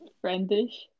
Friend-ish